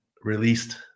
released